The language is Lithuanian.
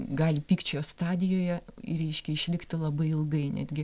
gal pykčio stadijoje reiškia išlikti labai ilgai netgi